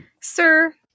sir